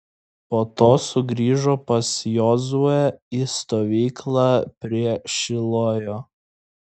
po to sugrįžo pas jozuę į stovyklą prie šilojo